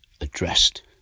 addressed